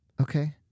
Okay